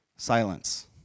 Silence